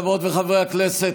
וחברות וחברי הכנסת,